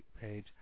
page